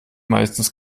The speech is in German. meistens